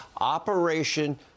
Operation